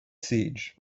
siege